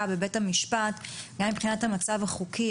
בבית המשפט גם מבחינת המצב החוקי,